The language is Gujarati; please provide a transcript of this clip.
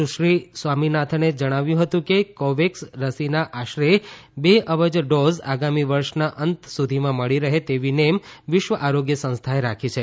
સુશ્રી સ્વામીનાથને જણાવ્યું હતું કે કોવેક્સ રસીના આશરે બે અબજ ડોઝ આગામી વર્ષના અંત સુધીમાં મળી રહે તેવી નેમ વિશ્વ આરોગ્ય સંસ્થાએ રાખી છે